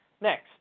Next